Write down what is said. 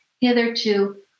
hitherto